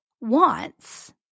wants